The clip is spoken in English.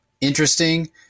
interesting